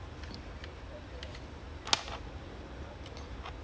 did u see sanjay ணா:naa he got shave and failed then he shaved totally